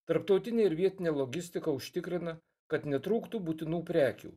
tarptautinė ir vietinė logistika užtikrina kad netrūktų būtinų prekių